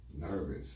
nervous